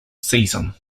season